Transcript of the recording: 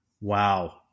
Wow